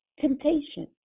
temptation